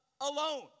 alone